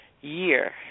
year